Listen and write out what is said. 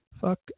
Fuck